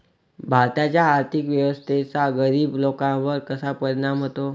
भारताच्या आर्थिक व्यवस्थेचा गरीब लोकांवर कसा परिणाम होतो?